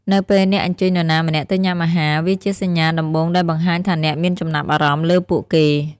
នៅពេលអ្នកអញ្ជើញនរណាម្នាក់ទៅញ៉ាំអាហារ វាជាសញ្ញាដំបូងដែលបង្ហាញថាអ្នកមានចំណាប់អារម្មណ៍លើពួកគេ។